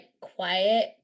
quiet